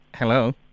Hello